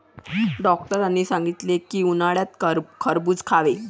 डॉक्टरांनी सांगितले की, उन्हाळ्यात खरबूज खावे